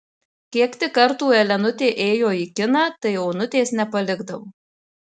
kiek tik kartų elenutė ėjo į kiną tai onutės nepalikdavo